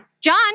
John